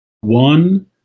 one